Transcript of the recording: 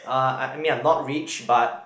uh I I mean I'm not rich but